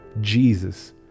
Jesus